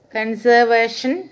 Conservation